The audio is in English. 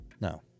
no